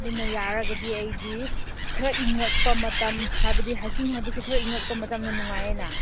ꯑꯗꯨꯅ ꯌꯥꯔꯒꯗꯤ ꯑꯩꯗꯤ ꯈꯔ ꯏꯪꯂꯛꯄ ꯃꯇꯝ ꯍꯥꯏꯕꯗꯤ ꯍꯥꯏꯛꯀꯤꯡ ꯍꯥꯏꯕꯁꯤ ꯈꯔ ꯏꯪꯂꯛꯄ ꯃꯇꯝꯗ ꯅꯨꯡꯉꯥꯏꯌꯦꯅ